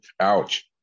Ouch